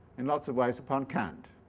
in lots of ways, upon kant.